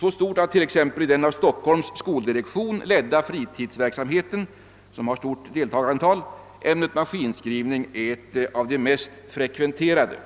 så stort att t.ex. i den av Stockholms skoldirektion ledda fritidsverksamheten, som har många deltagare, ämnet maskinskrivning är ett av de mest frekventerade.